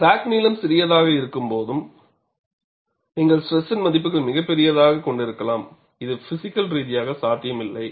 crack நீளம் சிறியதாக இருக்கும்போது நீங்கள் ஸ்ட்ரெஸின் மதிப்புகள் மிகப் பெரியதாக கொண்டிருக்கலாம் இது பிஸிக்கல் ரீதியாக சாத்தியமில்லை